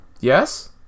yes